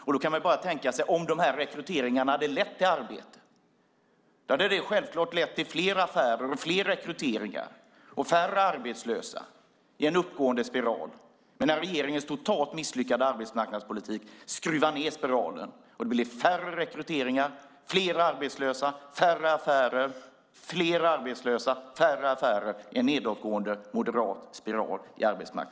Man kan bara tänka sig att om dessa rekryteringar hade lett till arbete, då hade det självklart lett till fler affärer, fler rekryteringar och färre arbetslösa i en uppåtgående spiral. Men regeringens totalt misslyckade arbetsmarknadspolitik skruvar ned spiralen och det blir färre rekryteringar, fler arbetslösa, färre affärer, fler arbetslösa, färre affärer i en nedåtgående, moderat spiral.